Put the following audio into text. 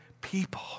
people